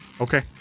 Okay